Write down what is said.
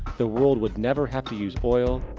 the world would never have to use oil,